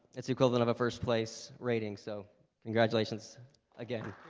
it's the equivalent of a first place rating. so congratulations again